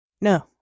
no